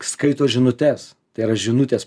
skaito žinutes tai yra žinutės